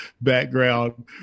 background